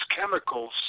chemicals